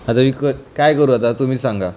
आता मी क काय करू आता तुम्हीच सांगा